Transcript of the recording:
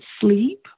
sleep